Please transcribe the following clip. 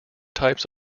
types